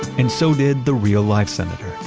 in so did the real-life senator.